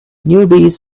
newbies